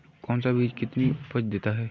कौन सा बीज कितनी उपज देता है?